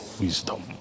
wisdom